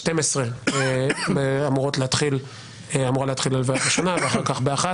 בשעה 12:00 אמורה להתחיל הלוויה ראשונה ואחר כך ב-13:00.